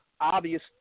obvious